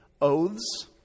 oaths